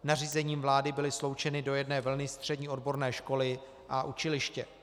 Nařízením vlády byly sloučeny do jedné vlny střední odborné školy a učiliště.